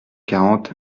quarante